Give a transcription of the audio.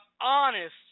honest